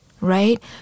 right